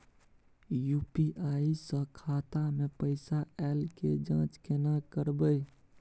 UPI स खाता मे पैसा ऐल के जाँच केने करबै?